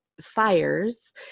fires